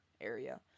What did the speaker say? area